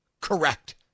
correct